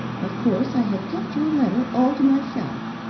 of course i have kept your letter all to myself,